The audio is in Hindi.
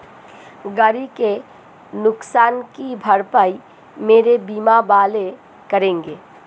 गाड़ी के नुकसान की भरपाई मेरे बीमा वाले करेंगे